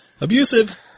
Abusive